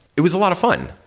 it was a lot of fun.